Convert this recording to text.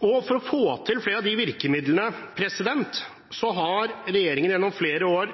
For å få til flere av de virkemidlene har regjeringen gjennom flere år